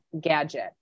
gadget